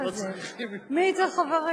אני חותמת עליהם,